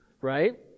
right